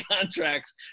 contracts